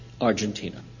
Argentina